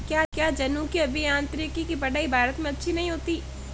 क्या जनुकीय अभियांत्रिकी की पढ़ाई भारत में अच्छी नहीं होती?